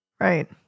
Right